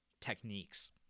techniques